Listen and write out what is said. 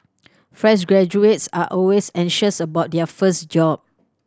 fresh graduates are always anxious about their first job